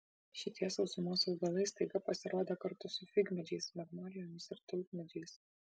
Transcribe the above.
šitie sausumos augalai staiga pasirodė kartu su figmedžiais magnolijomis ir tulpmedžiais